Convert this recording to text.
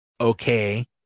okay